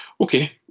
Okay